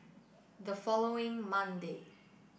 the following Monday